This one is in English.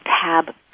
tab